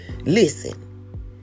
listen